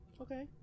Okay